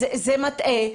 אז זה מטעה,